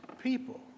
people